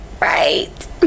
Right